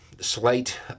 slate